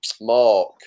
Mark